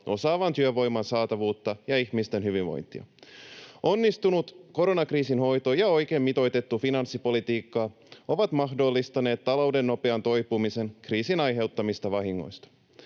osaavan työvoiman saatavuutta ja ihmisten hyvinvointia. Onnistunut koronakriisin hoito ja oikein mitoitettu finanssipolitiikka ovat mahdollistaneet talouden nopean toipumisen kriisin aiheuttamista vahingoista.